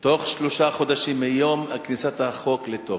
בתוך שלושה חודשים מיום כניסת החוק לתוקף,